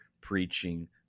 preaching